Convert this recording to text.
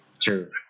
True